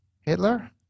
Hitler